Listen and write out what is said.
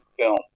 film